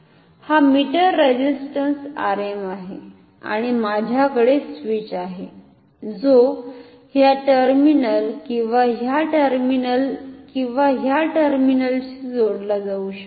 हा metre resistance Rm आहे आणि माझ्याकडे स्विच आहे जो ह्या टर्मिनल किंवा ह्या टर्मिनलशी किंवा या टर्मिनलशी जोडला जाऊ शकतो